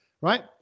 right